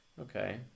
okay